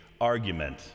Argument